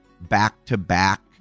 back-to-back